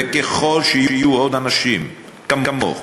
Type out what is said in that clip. וככל שיהיו עוד אנשים כמוך,